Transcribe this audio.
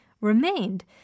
remained